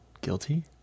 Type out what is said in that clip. guilty